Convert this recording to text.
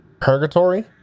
Purgatory